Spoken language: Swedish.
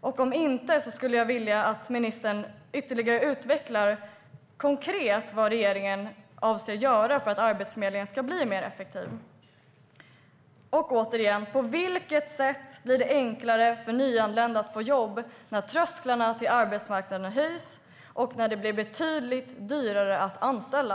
Om regeringen inte är det skulle jag vilja att ministern konkret utvecklar ytterligare vad regeringen avser att göra för att Arbetsförmedlingen ska bli mer effektiv. På vilket sätt blir det enklare för nyanlända att få jobb när trösklarna till arbetsmarknaden höjs och när det blir betydligt dyrare att anställa?